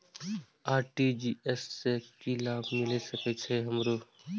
RTGS से की लाभ मिल सके छे हमरो?